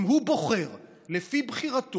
אם הוא בוחר לבוא לארץ, לפי בחירתו,